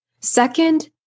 Second